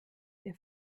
der